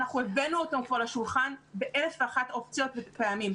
אנחנו הבאנו אותם פה לשולחן ב-1,001 אופציות ופעמים.